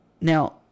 Now